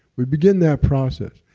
we begin that process.